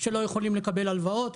שלא יכולים לקבל הלוואות,